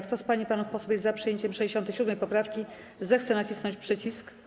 Kto z pań i panów posłów jest za przyjęciem 67. poprawki, zechce nacisnąć przycisk.